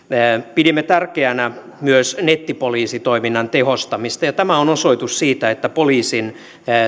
pidimme tärkeänä myös nettipoliisitoiminnan tehostamista ja tämä on osoitus siitä että poliisin